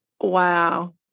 Wow